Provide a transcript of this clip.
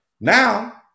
Now